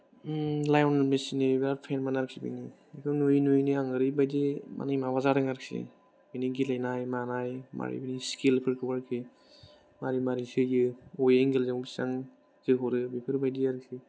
lion मेसिनि बिराद फेनमोन आरोखिबेनो बिखौ नुयै नुयैनो आं ओरैबायदि माने माबा जादों आरोखि बिनि गेलेनाय मानाय माने बेनि स्किलफोरखौ आरोखि मारै मारै सोयो वे गेलेनायाव बेसेबां जोहरो बेफोरबायदि आरोखि